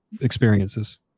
experiences